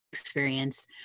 Experience